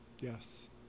yes